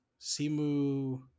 Simu